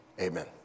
amen